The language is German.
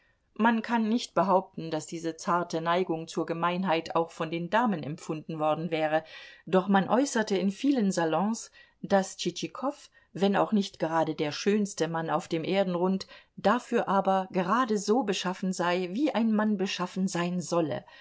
man kann nicht behaupten daß diese zarte neigung zur gemeinheit auch von den damen empfunden worden wäre doch man äußerte in vielen salons daß tschitschikow wenn auch nicht gerade der schönste mann auf dem erdenrund dafür aber gerade so beschaffen sei wie ein mann beschaffen sein solle